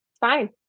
fine